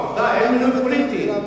תפנה למבקר המדינה וגם ליועץ המשפטי לממשלה.